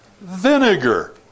Vinegar